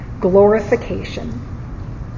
glorification